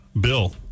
Bill